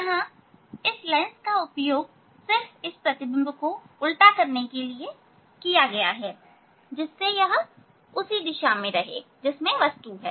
यहां इस लेंस का उपयोग सिर्फ इसे उल्टा करने के लिए किया गया है जिससे यह उसी दिशा में रहे जिसमें वस्तु है